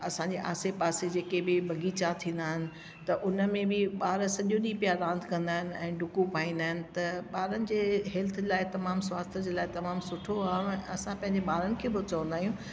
असांजे आसे पासे जेके बि बगीचा थींदा आहिनि त उनमें बि ॿार सॼो ॾींहुं प्इया रांदि कंदा आहिनि ऐ ॾुकु पाईंदा आहिनि त ॿारनि जे हेल्थ लाइ तमामु स्वास्थ्य जे लाइ तमामु सुठो आहे असां पंहिंजे ॿारनि खे बि चवंदा आहियूं